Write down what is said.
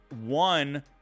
one